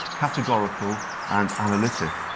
categorical and analytic.